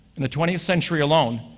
in the twentieth century alone,